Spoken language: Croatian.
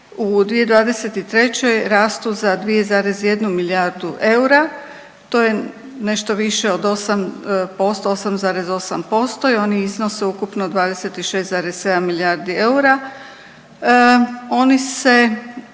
u 2023. rastu za 2,1 milijardu eura. To je nešto više od 8%, 8,8% i oni iznose ukupno 26,7 milijardi eura.